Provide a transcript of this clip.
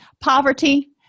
Poverty